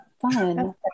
Fun